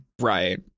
Right